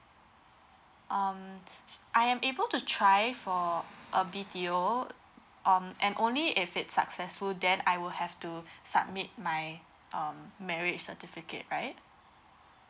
um I am able to try for a B_T_O um and only if it's successful then I will have to submit my um marriage certificate right